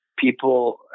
People